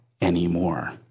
anymore